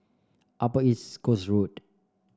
Upper East Coast Road